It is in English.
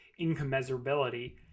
incommensurability